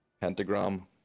Pentagram